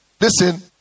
listen